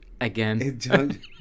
again